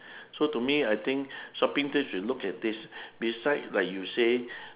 so to me I think shopping tips should look at this besides like you say